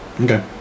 Okay